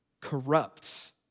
corrupts